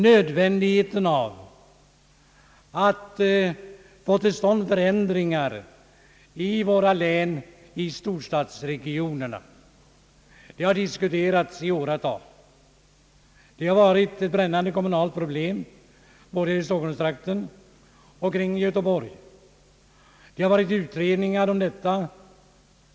Nödvändigheten av att få till stånd förändringar i våra län i storstadsre gionerna har diskuterats i åratal. Det har varit en brännande kommunal fråga både i stockholmstrakten och kring Göteborg. Utredningar har skett.